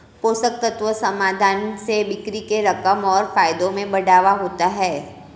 पोषक तत्व समाधान से बिक्री के रकम और फायदों में बढ़ावा होता है